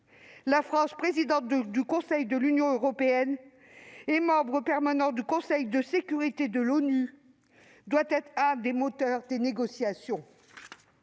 La France, présidente du Conseil de l'Union européenne et membre permanent du Conseil de sécurité de l'ONU, doit être l'un des moteurs des négociations.